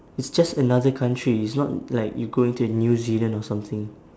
it's just another country it's not like you going to new zealand or something